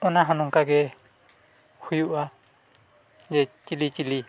ᱚᱱᱟ ᱦᱚᱸ ᱱᱚᱝᱠᱟ ᱜᱮ ᱦᱩᱭᱩᱜᱼᱟ ᱡᱮ ᱪᱤᱞᱤ ᱪᱤᱞᱤ